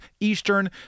eastern